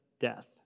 death